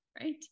right